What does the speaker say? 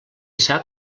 sap